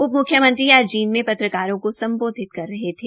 उपम्ख्यमंत्री आज जींद में पत्रकारों को सम्बोधित कर रहे थे